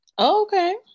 okay